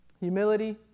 humility